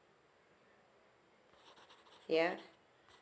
yeah